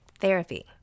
Therapy